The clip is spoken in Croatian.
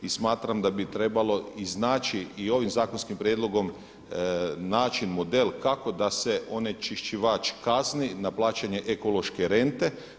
I smatram da bi trebalo iznaći i ovim zakonskim prijedlogom naći model kako da se onečišćivač kazni na plaćanje ekološke rente.